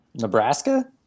Nebraska